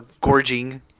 gorging